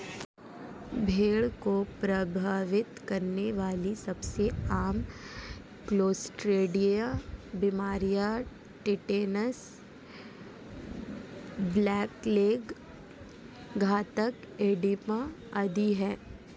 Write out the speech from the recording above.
भेड़ को प्रभावित करने वाली सबसे आम क्लोस्ट्रीडिया बीमारियां टिटनेस, ब्लैक लेग, घातक एडिमा आदि है